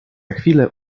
chwilę